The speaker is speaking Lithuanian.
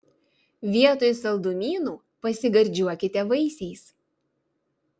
vietoj saldumynų pasigardžiuokite vaisiais